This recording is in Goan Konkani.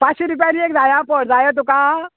पांचशी रुपया एक जाया पड जाय तुका